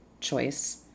choice